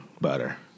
butter